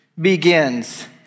begins